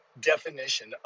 definition